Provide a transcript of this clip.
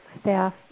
staff